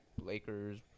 Lakers